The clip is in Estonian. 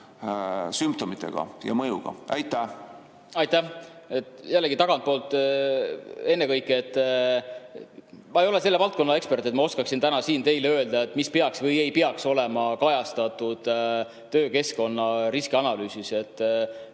sümptomite ja mõjuga. Aitäh! Jällegi alustan tagantpoolt. Ma ei ole selle valdkonna ekspert, et oskaksin täna siin teile öelda, mis peaks või ei peaks olema kajastatud töökeskkonna riskianalüüsis.